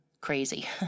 crazy